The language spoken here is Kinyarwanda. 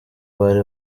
bari